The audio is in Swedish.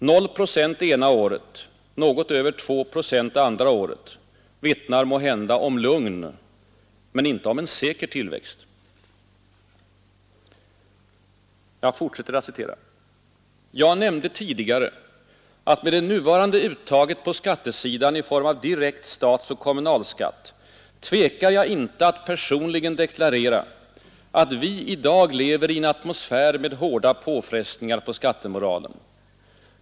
0 procent ena året, något över 2 procent andra året vittnar måhända om ”iugn” men inte om en ”säker” tillväxt Jag fortsätter att citera: ”Jag nämnde tidigare att med det nuvarande uttaget på skattesidan i form av direkt statsoch kommunalskatt, tvekar jag inte att personligen deklarera, att vi i dag lever i en atmosfär med hårda påfrestningar på skattemoralen.